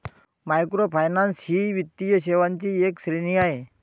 microfinance ही वित्तीय सेवांची एक श्रेणी आहे